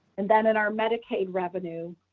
and then in our medicaid revenue,